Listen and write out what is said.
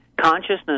consciousness